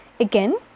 Again